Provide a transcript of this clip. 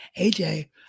AJ